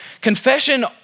confession